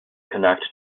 connect